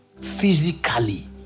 physically